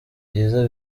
byiza